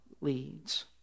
leads